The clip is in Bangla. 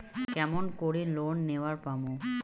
কেমন করি লোন নেওয়ার পামু?